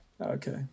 Okay